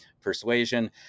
persuasion